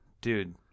Dude